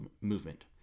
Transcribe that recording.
movement